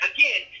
Again